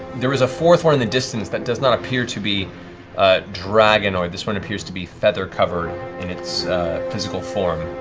there is a fourth one in the distance that does not appear to be dragonoid. this one appears to be feather-covered in its physical form.